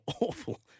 awful